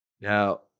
Now